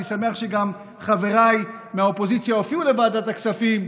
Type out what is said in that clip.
אני שמח שגם חבריי מהאופוזיציה הופיעו בוועדת הכספים,